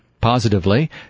Positively